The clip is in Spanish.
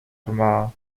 armada